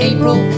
April